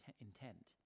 intent